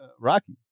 Rocky